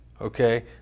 okay